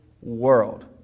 world